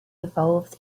evolves